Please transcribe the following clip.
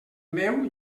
meu